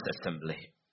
assembly